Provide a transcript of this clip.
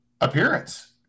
appearance